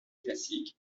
classique